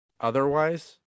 otherwise